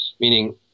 Meaning